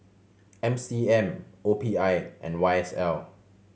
M C M O P I and Y S L